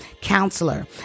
counselor